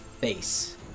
face